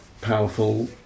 powerful